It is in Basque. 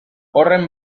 horren